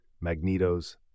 magnetos